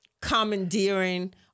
commandeering